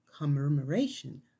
commemoration